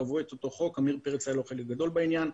כשקבעו את אותו חוק לעמיר פרץ היה חלק גדול בעניין,